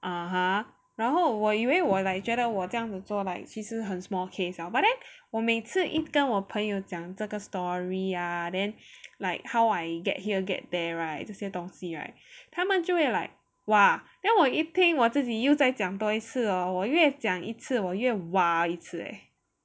(uh huh) 然后我以为我 like 觉得我这样子做 like 其实很 small case liao but then 我每次一跟我朋友讲这个 story ya then like how I get here get there right 这些东西 right 他们就会 like !wah! then 我一听我自己又在讲多一次 hor 我越讲一次我越 !wah! 一次 leh